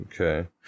Okay